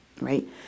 right